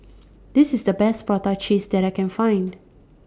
This IS The Best Prata Cheese that I Can Find